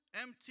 empty